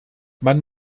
man